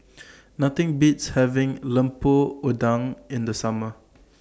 Nothing Beats having Lemper Udang in The Summer